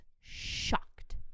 shocked